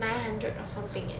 nine hundred or something leh